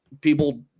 people –